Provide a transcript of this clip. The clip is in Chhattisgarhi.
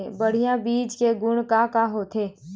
बढ़िया बीज के गुण का का होथे?